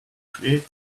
creative